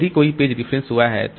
यदि कोई page reference हुआ है तो